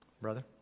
Brother